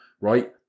right